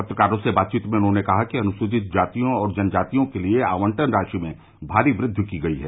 पत्रकारों से बातचीत में उन्होंने कहा कि अनुसूचित जातियों और जनजातियों के लिए आबंटन राशि में भारी वृद्धि की गई है